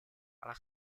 alla